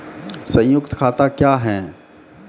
संयुक्त खाता क्या हैं?